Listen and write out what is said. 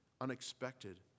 unexpected